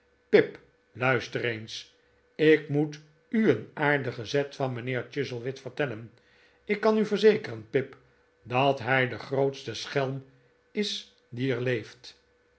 pip luister eens ik moet u een aardigen zet van mijnheer chuzzlewit vertellen ik kan u verzekeren pip dat hij de grootste schelm is die er leeft